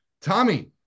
Tommy